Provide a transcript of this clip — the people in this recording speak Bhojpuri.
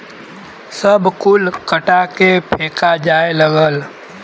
सब कुल कटा के फेका जाए लगल